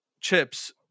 chips